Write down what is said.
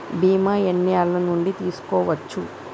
బీమా ఎన్ని ఏండ్ల నుండి తీసుకోవచ్చు?